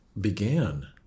began